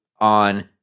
on